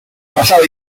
pasado